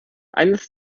eines